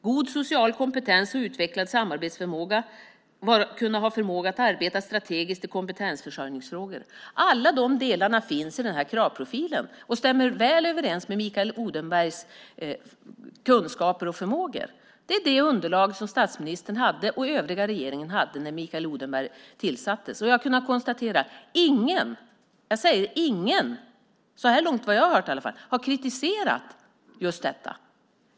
God social kompetens och utvecklad samarbetsförmåga krävs också samt att personen ska ha förmåga att arbeta strategiskt i kompetensförsörjningsfrågor. Alla de delarna finns i den här kravprofilen och stämmer väl överens med Mikael Odenbergs kunskaper och förmågor. Det är det underlag som statsministern och övriga regeringen hade när Mikael Odenberg tillsattes. Jag har kunnat konstatera att ingen, jag säger ingen, vad jag har hört så här långt i alla fall, har kritiserat just detta.